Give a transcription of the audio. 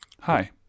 Hi